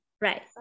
Right